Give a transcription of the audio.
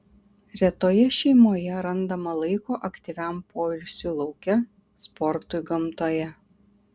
retoje šeimoje randama laiko aktyviam poilsiui lauke sportui gamtoje